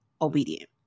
obedient